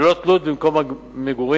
ללא תלות במקום המגורים,